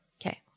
Okay